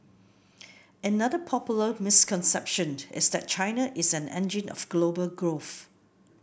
another popular misconception is that China is an engine of global growth